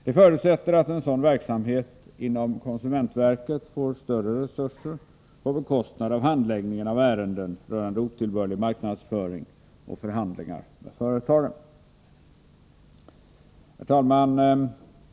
Det förutsätter att en sådan verksamhet inom konsumentverket får större resurser på bekostnad av handläggningen av ärenden rörande otillbörlig marknadsföring och förhandlingar med företagen. Herr talman!